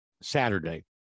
Saturday